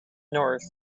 north